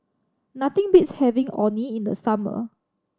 nothing beats having Orh Nee in the summer